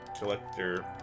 Collector